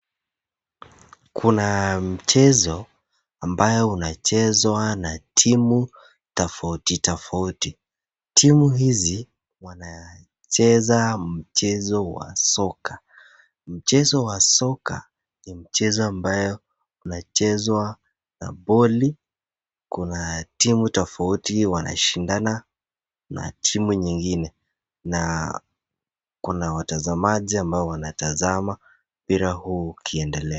Kuna mchezo ambayo unachezwa na timu tofauti tofauti. Timu hizi wanacheza mchezo wa soka. Mchezo wa soka ni mchezo ambao unachezwa na boli. Kuna timu tofauti wanashindana na timu nyingine na kuna watazamaji ambao wanatazama mpira huu ukiendelea.